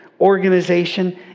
organization